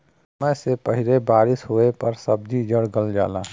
समय से पहिले बारिस होवे पर सब्जी सड़ गल जाला